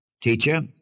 teacher